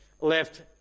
left